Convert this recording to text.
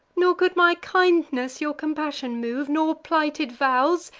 nor could my kindness your compassion move. nor plighted vows,